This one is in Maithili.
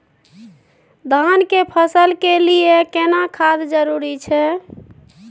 धान के फसल के लिये केना खाद जरूरी छै?